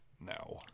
now